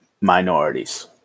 minorities